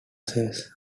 cells